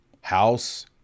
house